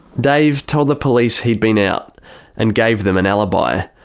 dave told the police he'd been out and gave them an alibi.